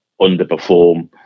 underperform